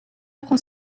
prend